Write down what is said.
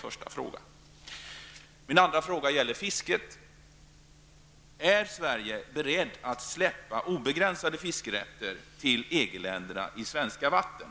Är Sverige berett att släppa obegränsade fiskerätter till EG-länderna i svenska vatten?